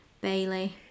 Bailey